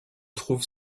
trouve